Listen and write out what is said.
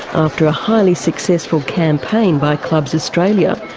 after a highly successful campaign by clubs australia,